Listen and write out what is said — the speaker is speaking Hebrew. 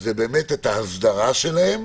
זה באמת את האסדרה שלהם,